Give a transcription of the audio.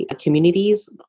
communities